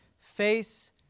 face